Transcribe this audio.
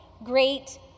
Great